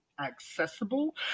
accessible